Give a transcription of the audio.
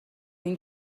این